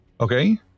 Okay